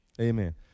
Amen